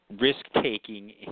risk-taking